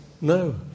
No